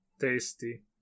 Tasty